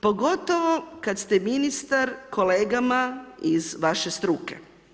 Pogotovo kada ste ministar kolegama iz vaše struke.